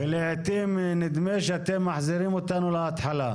ולעיתים נדמה שאתם מחזירים אותנו להתחלה.